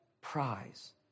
prize